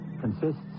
consists